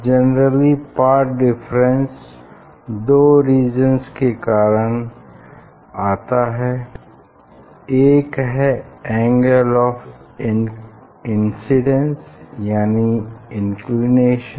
generally path difference दो reasons के कारण आता है एक है एंगल ऑफ़ इन्सिडेन्स यानि इंक्लिनेशन